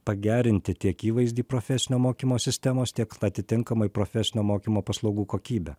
pagerinti tiek įvaizdį profesinio mokymo sistemos tiek atitinkamai profesinio mokymo paslaugų kokybę